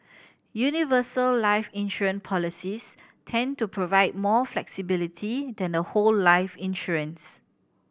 universal life insurance policies tend to provide more flexibility than the whole life insurance